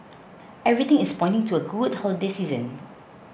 everything is pointing to a good holiday season